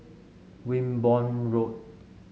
Wimborne Road